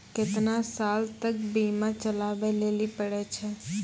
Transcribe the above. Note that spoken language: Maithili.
केतना साल तक बीमा चलाबै लेली पड़ै छै?